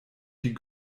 die